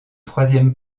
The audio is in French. troisième